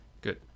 Good